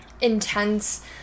intense